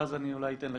ואז אולי אני אתן לך.